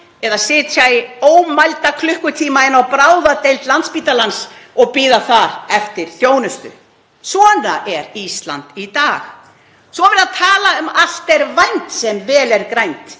eða sitja í ómælda klukkutíma inni á bráðadeild Landspítalans og bíða þar eftir þjónustu. Svona er Ísland í dag. Svo er verið að tala um að allt sé vænt sem vel er grænt.